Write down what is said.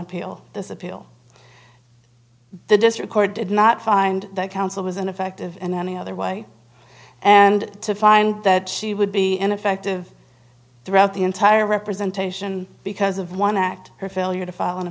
appeal this appeal to the district court did not find that counsel was ineffective and any other way and to find that she would be ineffective throughout the entire representation because of one act her failure to file an a